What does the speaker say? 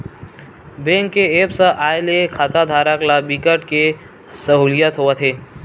bank के apps आए ले खाताधारक ल बिकट के सहूलियत होवत हे